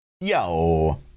Yo